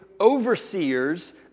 overseers